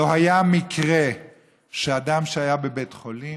לא היה מקרה שאדם שהיה בבית חולים,